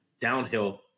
downhill